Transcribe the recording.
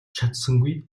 чадсангүй